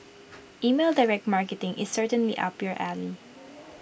email direct marketing is certainly up your alley